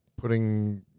putting